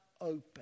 open